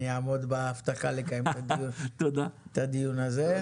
אני אעמוד בהבטחה שלי לקיים את הדיון הזה.